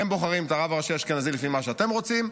הם בוחרים את הרב הראשי האשכנזי לפי מה שאתם רוצים.